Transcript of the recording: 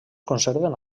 conserven